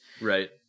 Right